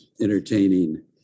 entertaining